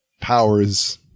powers